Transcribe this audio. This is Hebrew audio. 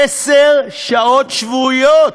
עשר שעות שבועיות,